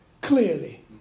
clearly